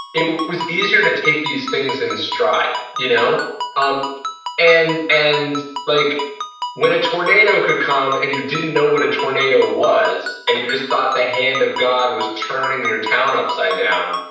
it was easier to take these things and strife you know um and and like when tornado could come and you didn't know what a tornado was and you just thought the hand of god was turning your town upside and down,